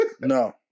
No